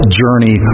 journey